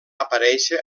aparèixer